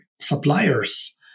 suppliers